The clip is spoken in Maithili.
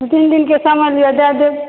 दू तीन दिन के समय दिय दै देब